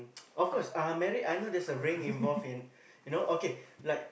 of course uh married I know there's a ring involved in you know okay